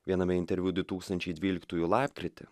viename interviu du tūkstančiai dvyliktųjų lapkritį